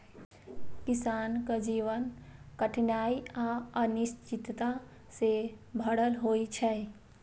किसानक जीवन कठिनाइ आ अनिश्चितता सं भरल होइ छै